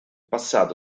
passato